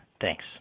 Thanks